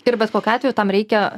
ir bet kokiu atveju tam reikia